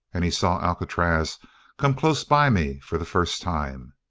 and he saw alcatraz come close by me for the first time.